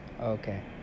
Okay